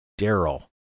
Daryl